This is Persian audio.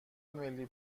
ملی